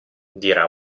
dirà